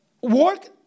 work